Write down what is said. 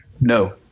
No